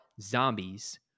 zombies